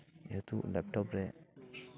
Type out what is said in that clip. ᱡᱮᱦᱮᱛᱩ ᱞᱮᱯᱴᱚᱯ ᱨᱮ